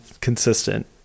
consistent